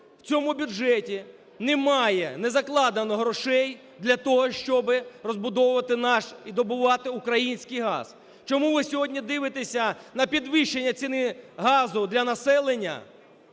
в цьому бюджеті немає, не закладено грошей для того, щоб розбудовувати наш і добувати український газ? Чому ви сьогодні дивитеся на підвищення ціни газу для населення